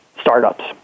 startups